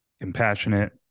compassionate